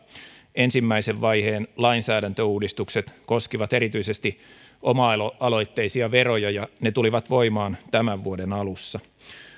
ensimmäisen vaiheen lainsäädäntöuudistukset koskivat erityisesti oma aloitteisia veroja ja ne tulivat voimaan tämän vuoden alussa